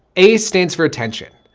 a stands for attention.